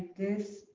this,